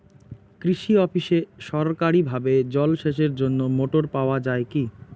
কৃষি অফিসে সরকারিভাবে জল সেচের জন্য মোটর পাওয়া যায় কি?